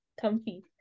Comfy